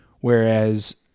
whereas-